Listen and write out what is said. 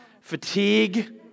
fatigue